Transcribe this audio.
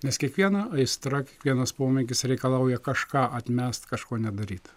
nes kiekviena aistra kiekvienas pomėgis reikalauja kažką atmest kažko nedaryt